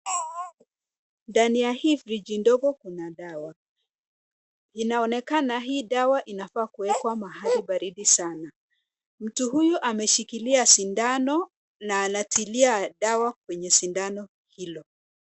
Ndani ya hii friji ndogo kuna dawa. Inaonekana hii dawa inafaa kuwekwa mahali baridi sana. Mtu huyu ameshikilia sindano na anatilia dawa kwenye sindano hilo.